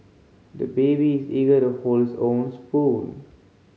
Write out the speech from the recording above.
the baby is eager to hold his own spoon